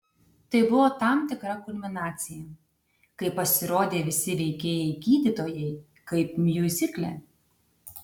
tai buvo tam tikra kulminacija kai pasirodė visi veikėjai gydytojai kaip miuzikle